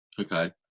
okay